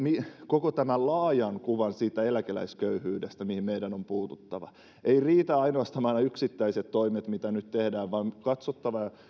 koko tämän laajan kuvan siitä eläkeläisköyhyydestä mihin meidän on puututtava eivät riitä ainoastaan yksittäiset toimet mitä nyt tehdään vaan on katsottava